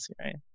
right